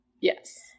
Yes